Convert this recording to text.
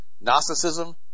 Gnosticism